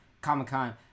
comic-con